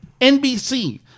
NBC